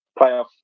playoff